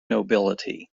nobility